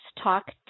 Talk